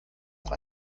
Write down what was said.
auch